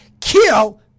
kill